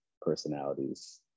personalities